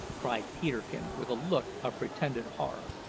cried peterkin with a look of pretended horror.